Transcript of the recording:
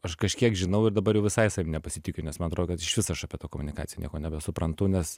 aš kažkiek žinau ir dabar jau visai savim nepasitikiu nes man atrodo kad išvis aš apie tą komunikaciją nieko nebesuprantu nes